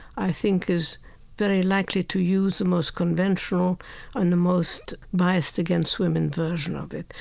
i think, is very likely to use the most conventional and the most biased-against-women version of it.